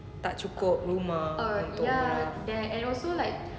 tak cukup rumah